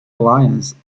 alliance